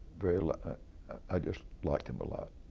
very i just liked him a lot.